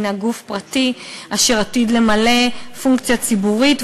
הנה גוף פרטי אשר עתיד למלא פונקציה ציבורית,